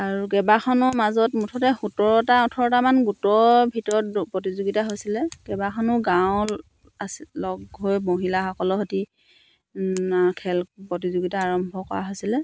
আৰু কেইবাখনো মাজত মুঠতে সোতৰটা ওঠৰটামান গোটৰ ভিতৰত প্ৰতিযোগীতা হৈছিলে কেইবাখনো গাঁৱৰ আছিল লগ হৈ মহিলাসকলৰ সৈতে খেল প্ৰতিযোগীতা আৰম্ভ কৰা হৈছিলে